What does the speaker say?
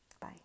Bye